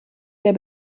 der